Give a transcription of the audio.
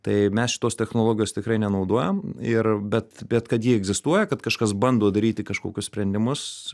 tai mes šitos technologijos tikrai nenaudojam ir bet bet kad ji egzistuoja kad kažkas bando daryti kažkokius sprendimus